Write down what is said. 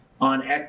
on